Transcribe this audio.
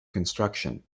construction